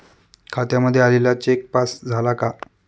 खात्यामध्ये आलेला cheque pass झाला का?